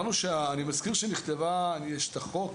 אני מזכיר שיש את החוק,